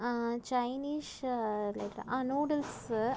Chinese like noodles